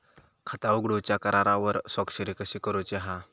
खाता उघडूच्या करारावर स्वाक्षरी कशी करूची हा?